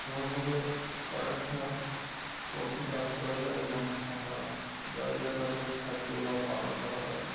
ভালোভাবে কয়েকশ পোলট্রি চাষ করা যায় এবং ফাঁকা জায়গায় তাদের খাদ্য বা পালন করা যায়